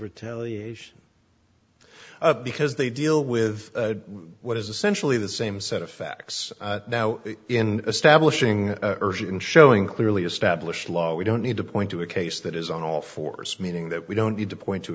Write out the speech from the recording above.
retaliation because they deal with what is essentially the same set of facts now in establishing urge in showing clearly established law we don't need to point to a case that is on all fours meaning that we don't need to point to